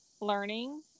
learning